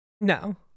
No